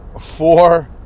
Four